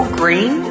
green